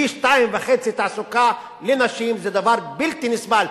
פי-2.5 תעסוקה לנשים זה דבר בלתי נסבל.